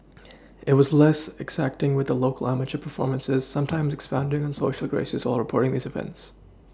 it was less exacting with local amateur performances sometimes expounding on Social graces while reporting these events